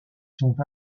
sont